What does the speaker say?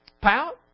pout